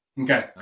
Okay